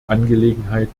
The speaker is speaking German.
angelegenheit